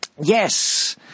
Yes